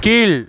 கீழ்